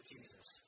Jesus